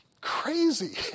crazy